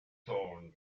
thorne